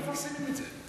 למה לא מפרסמים את זה?